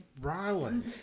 Rylan